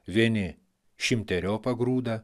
vieni šimteriopą grūdą